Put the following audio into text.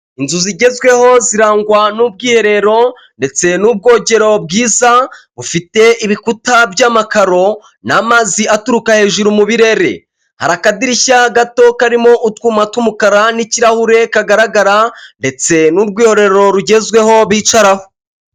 Inzu zigezweho zirangwa n'ubwiherero ndetse n'ubwogero bwiza bufite ibikuta by'amakaro n'amazi aturuka hejuru mu birere, hari akadirishya gato karimo utwuma tw'umukara n'kirahure kagaragara ndetse n'urwiherero rugezweho bicaraho.